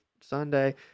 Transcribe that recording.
Sunday